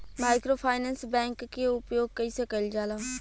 Microfinance bank के उपयोग कइसे कइल जाला?